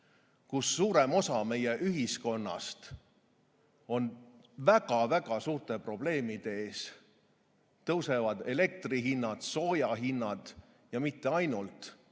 kus suurem osa meie ühiskonnast on väga-väga suurte probleemide ees. Tõusevad elektri hinnad, sooja hinnad ja mitte ainult